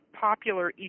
popular